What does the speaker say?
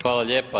Hvala lijepa.